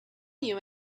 you